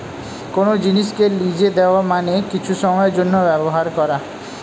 কোন জিনিসকে লিজে দেওয়া মানে কিছু সময়ের জন্যে ব্যবহার করা